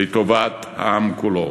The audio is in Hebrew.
לטובת העם כולו.